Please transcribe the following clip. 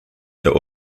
der